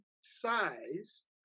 size